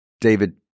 David